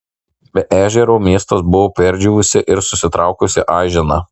be ežero miestas buvo perdžiūvusi ir susitraukusi aižena